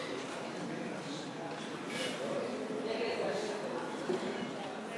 משה גפני ואורי מקלב וקבוצת סיעת ש"ס לסעיף 15 לא נתקבלה.